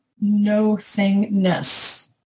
nothingness